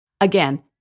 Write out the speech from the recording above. Again